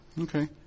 Okay